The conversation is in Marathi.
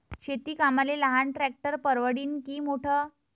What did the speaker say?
शेती कामाले लहान ट्रॅक्टर परवडीनं की मोठं?